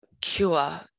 cure